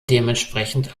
dementsprechend